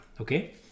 okay